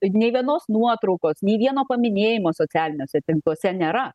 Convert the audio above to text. nei vienos nuotraukos nei vieno paminėjimo socialiniuose tinkluose nėra